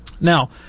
Now